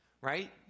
right